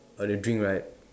or the drink right